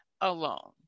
alone